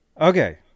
Okay